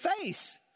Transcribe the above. face